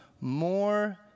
more